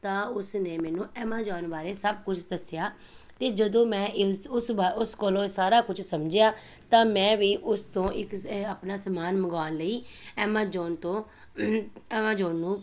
ਤਾਂ ਉਸ ਨੇ ਮੈਨੂੰ ਐਮਾਜੋਨ ਬਾਰੇ ਸਭ ਕੁਝ ਦੱਸਿਆ ਅਤੇ ਜਦੋਂ ਮੈਂ ਇਸ ਉਸ ਬਾ ਉਸ ਕੋਲੋਂ ਸਾਰਾ ਕੁਝ ਸਮਝਿਆ ਤਾਂ ਮੈਂ ਵੀ ਉਸ ਤੋਂ ਇੱਕ ਇਹ ਆਪਣਾ ਸਮਾਨ ਮੰਗਾਉਣ ਲਈ ਐਮਾਜੋਨ ਤੋਂ ਐਮਾਜੋਨ ਨੂੰ